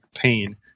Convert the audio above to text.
pain